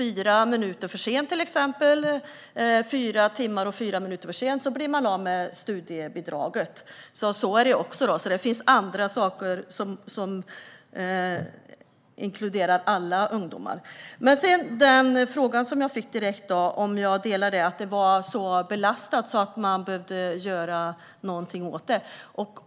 Om de kommer fyra timmar och fyra minuter för sent blir de av med studiebidraget. Det finns alltså annat som inkluderar alla ungdomar. Sedan fick jag frågan om jag instämmer i att situationen var så belastad att man behövde göra någonting åt den.